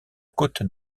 côte